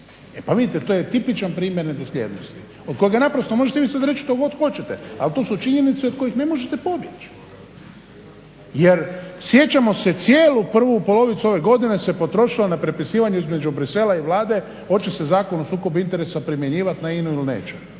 E pa vidite to je tipičan primjer nedosljednosti kojega naprosto, možete vi sad reći što god hoćete ali to su činjenice od kojih ne možete pobjeći. Jer sjećamo se, cijelu prvu polovicu ove godine se potrošilo na prepisivanje između Bruxellesa i Vlade hoće se Zakon o sukobu interesa primjenjivat na INA-u ili neće.